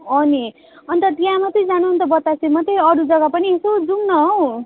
अँ नि अन्त त्यहाँ मात्रै जानु अन्त बतासे मात्रै अरू जग्गा पनि यसो जाऔँ हौ